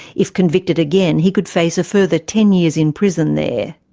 if convicted again, he could face a further ten years in prison there.